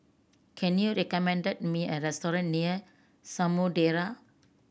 can you recommend me a restaurant near Samudera